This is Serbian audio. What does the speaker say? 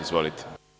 Izvolite.